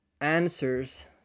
answers